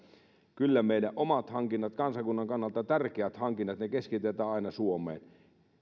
meidän omat hankinnat kansakunnan kannalta tärkeät hankinnat keskitetään aina suomeen